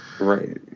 Right